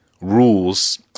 rules